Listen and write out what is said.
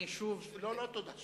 לא, לא תודה.